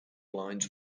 lines